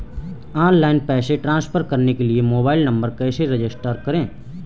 Online पैसे transfer करने के लिए मोबाइल नंबर कैसे रजिस्टर करें?